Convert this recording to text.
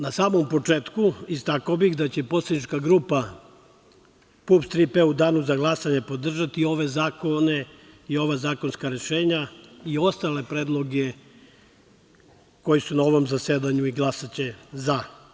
Na samom početku istakao bih da će poslanička grupa PUPS - „Tri P“ u danu za glasanje podržati ove zakone i ova zakonska rešenja i ostale predloge koji su na ovom zasedanju i glasaće - za.